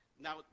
now